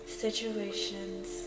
situations